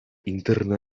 interna